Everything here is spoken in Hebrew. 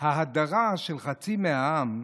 ההדרה של חצי מהעם,